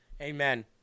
Amen